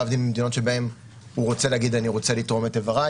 להבדיל ממדינות שבהן הוא רוצה להגיד: אני רוצה לתרום את אבריי